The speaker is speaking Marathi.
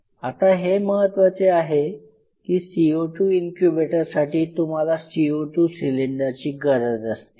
आता हे महत्वाचे आहे की CO2 इन्क्युबेटरसाठी तुम्हाला CO2 सिलेंडरची गरज असते